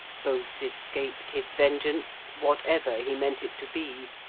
both escaped his vengeance, whatever he meant it to be.